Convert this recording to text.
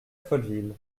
folleville